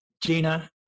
Gina